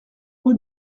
rue